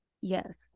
Yes